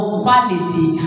quality